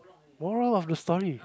moral of the story